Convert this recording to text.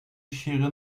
chegar